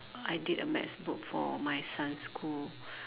I did a math book for my son's school